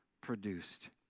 produced